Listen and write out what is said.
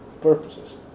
purposes